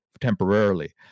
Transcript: temporarily